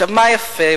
מה יפה?